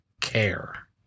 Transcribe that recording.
care